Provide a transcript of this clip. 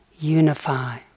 unify